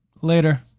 Later